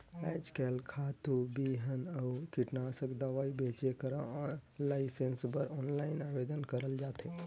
आएज काएल खातू, बीहन अउ कीटनासक दवई बेंचे कर लाइसेंस बर आनलाईन आवेदन करल जाथे